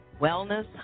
Wellness